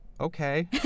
Okay